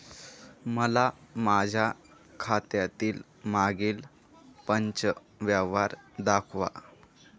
मला माझ्या खात्यातील मागील पांच व्यवहार दाखवा